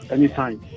Anytime